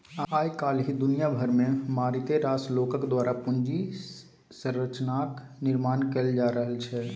आय काल्हि दुनिया भरिमे मारिते रास लोकक द्वारा पूंजी संरचनाक निर्माण कैल जा रहल छै